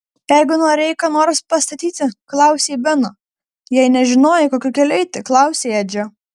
jeigu norėjai ką nors pastatyti klausei beno jei nežinojai kokiu keliu eiti klausei edžio